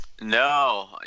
No